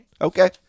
Okay